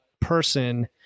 person